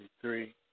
three